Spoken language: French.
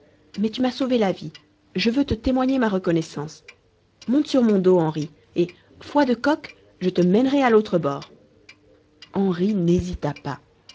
mais tu m'as sauvé la vie je veux te témoigner ma reconnaissance monte sur mon dos henri et foi de coq je te mènerai à l'autre bord henri n'hésita pas